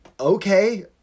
Okay